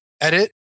edit